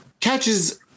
catches